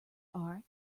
are